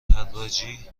حراجی